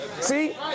See